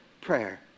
prayer